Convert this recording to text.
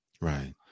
Right